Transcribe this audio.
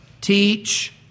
teach